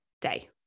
day